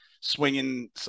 swinging